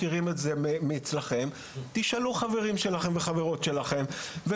תשאלו את החברים והחברות שלכם.